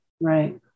Right